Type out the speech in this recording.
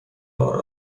بار